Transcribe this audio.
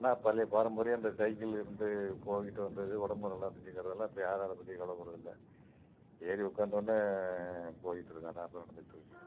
ஆனால் பழைய பாரம்பரியம் அந்த சைக்கிள்லிருந்து போய்கிட்டு வந்தது உடம்பு நல்லா இருந்துச்சுங்குறதெல்லாம் இப்போ யாரும் அதை பற்றி கவலைப்பட்றது இல்லை ஏறி உக்காந்தோனே போய்கிட்டுருக்கும் அதுதான் இப்போ நடந்துக்கிட்டுருக்குது